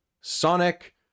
sonic